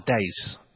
days